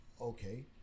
Okay